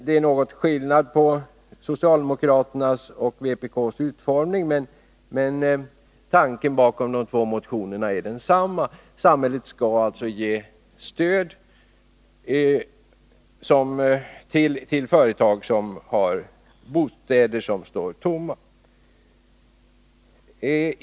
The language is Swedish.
Det är en viss skillnad i utformningen av de båda motionerna, men tanken bakom dem är densamma: samhället bör ge stöd till företag som har bostäder som står tomma.